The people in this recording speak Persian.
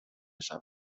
شود